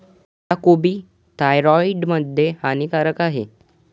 पत्ताकोबी थायरॉईड मध्ये हानिकारक आहे